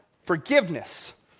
forgiveness